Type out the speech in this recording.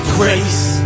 grace